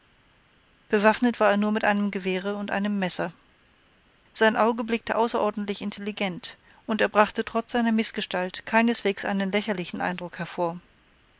bewaffnet war er nur mit einem gewehre und einem messer sein auge blickte außerordentlich intelligent und er brachte trotz seiner mißgestalt keineswegs einen lächerlichen eindruck hervor